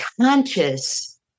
conscious